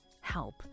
Help